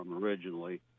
originally